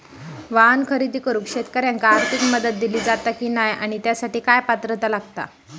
वाहन खरेदी करूक शेतकऱ्यांका आर्थिक मदत दिली जाता की नाय आणि त्यासाठी काय पात्रता लागता?